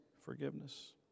forgiveness